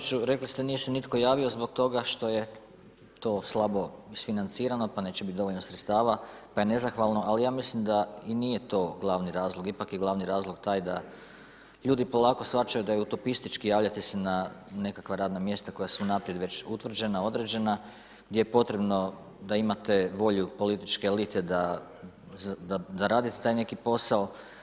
Zahvaljujem kolega Glavašević, rekli ste, nije se nitko javio, zbog toga što je to slabo isfinancirano, pa neće biti dovoljno sredstava, pa je nezahvalno, ali ja mislim da i nije to glavni razlog, ipak je glavni razlog, taj da ljudi polako shvaćaju da je utopistički javljati se na nekakva radna mjesta, koja su unaprijed već utvrđena, određena, gdje je potrebno, da imate volju političke elite da radite taj neki posao.